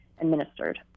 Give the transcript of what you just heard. administered